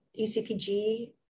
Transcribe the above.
ECPG